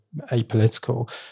apolitical